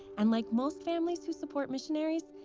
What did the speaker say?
and like most families who support missionaries,